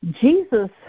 jesus